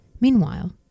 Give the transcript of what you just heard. Meanwhile